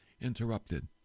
interrupted